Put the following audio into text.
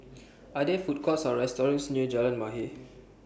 Are There Food Courts Or restaurants near Jalan Mahir